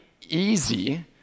easy